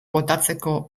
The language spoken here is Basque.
botatzeko